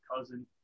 cousin